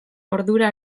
ordura